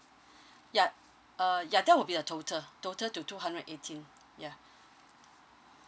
yup uh ya that will be the total total to two hundred eighteen ya